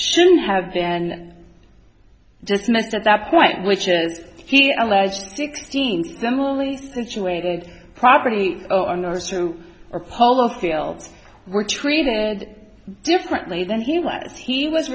should have been dismissed at that point which is he alleged sixteen similarly situated property owners who are polo fields were treated differently then he left he was